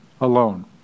alone